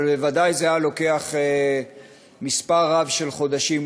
אבל בוודאי זה היה לוקח מספר רב של חודשים,